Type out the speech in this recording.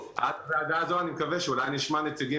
בישיבה הזאת אני מקווה שאולי נשמע נציגים